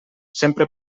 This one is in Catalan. sempre